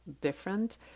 different